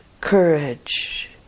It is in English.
courage